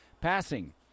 Passing